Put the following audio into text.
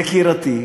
יקירתי,